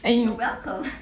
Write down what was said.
and yo~